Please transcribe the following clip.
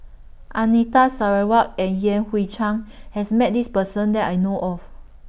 Anita Sarawak and Yan Hui Chang has Met This Person that I know of